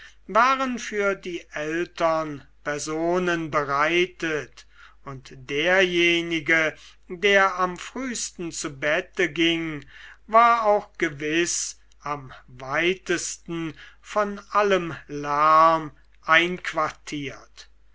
waren für die ältern personen bereitet und derjenige der am frühsten zu bette ging war auch gewiß am weitesten von allem lärm einquartiert